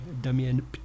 Damien